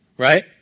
Right